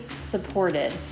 supported